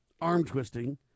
arm-twisting